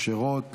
משה רוט,